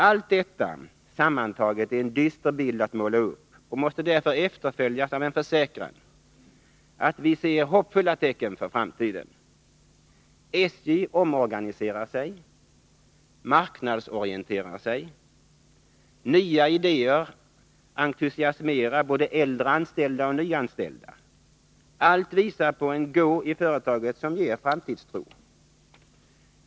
Allt detta sammantaget blir en dyster bild att måla upp och måste därför efterföljas av en försäkran att vi ser hoppingivande tecken för framtiden. SJ omorganiserar sig, marknadsorienterar sig, nya idéer entusiasmerar både äldre anställda och nyanställda — allt visar på en ”go” i företaget som ger framtidstro.